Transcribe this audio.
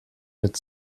mit